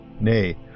Nay